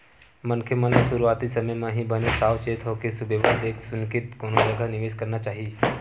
मनखे मन ल सुरुवाती समे म ही बने साव चेत होके सुबेवत देख सुनके कोनो जगा निवेस करना चाही